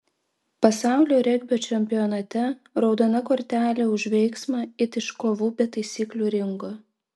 pasaulio regbio čempionate raudona kortelė už veiksmą it iš kovų be taisyklių ringo